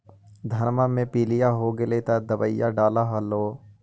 धनमा मे पीलिया हो गेल तो दबैया डालो हल?